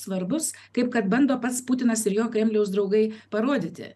svarbus kaip kad bando pats putinas ir jo kremliaus draugai parodyti